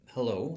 Hello